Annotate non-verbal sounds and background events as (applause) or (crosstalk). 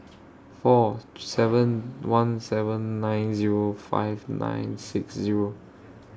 four (noise) seven one seven nine Zero five nine six Zero